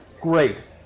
great